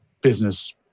business